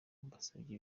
mbasabye